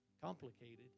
complicated